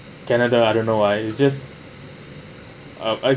canada I don't know it's just I I